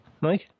Mike